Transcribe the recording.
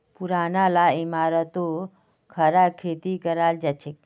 पुरना ला इमारततो खड़ा खेती कराल जाछेक